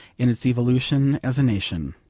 in its evolution as a nation.